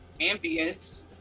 Ambience